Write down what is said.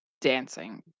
dancing